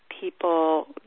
people